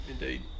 Indeed